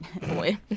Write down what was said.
boy